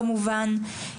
כמובן.